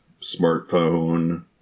smartphone